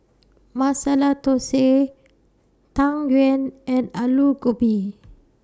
Masala Thosai Tang Yuen and Aloo Gobi